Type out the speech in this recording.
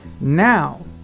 now